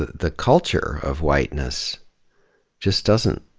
the culture of whiteness just doesn't,